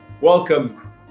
Welcome